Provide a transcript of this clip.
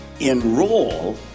Enroll